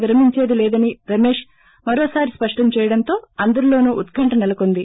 విరమించేది లేదని రమేశ్ మరోసారి సృష్ణం చేయడంతో అందరిలోసూ ఉత్కంఠ నెలకొంది